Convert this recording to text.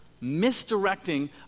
Misdirecting